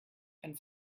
and